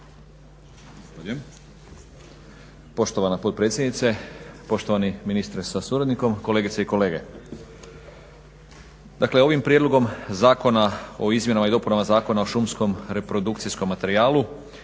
Poštovana potpredsjednice, poštovani ministre sa suradnikom, kolegice i kolege. Dakle, ovim prijedlogom zakona o izmjenama i dopunama Zakona o šumskom reprodukcijskom materijalu